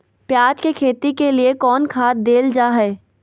प्याज के खेती के लिए कौन खाद देल जा हाय?